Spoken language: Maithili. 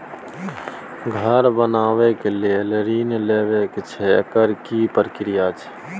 घर बनबै के लेल ऋण लेबा के छै एकर की प्रक्रिया छै?